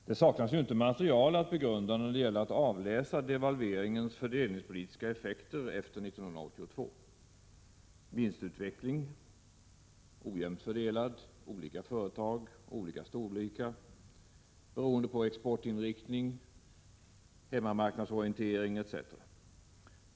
Det saknas ju inte material att begrunda om man vill avläsa devalveringens fördelningspolitiska effekter efter 1982. Vi kan se på vinstutvecklingen: ojämnt fördelad mellan företag av olika storlek, beroende på exportinriktning, hemmamarknadsorientering etc.